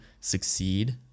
succeed